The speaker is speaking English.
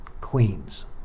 Queens